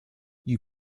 you